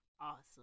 awesome